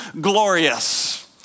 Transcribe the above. glorious